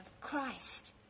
Christ